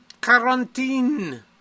quarantine